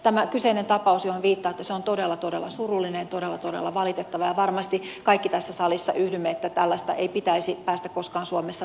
tämä kyseinen tapaus johon viittaatte on todella todella surullinen ja todella todella valitettava ja varmasti kaikki tässä salissa yhdymme siihen että tällaista ei pitäisi päästä koskaan suomessa tapahtumaan